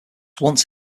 once